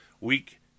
Week